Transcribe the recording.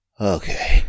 Okay